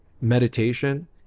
meditation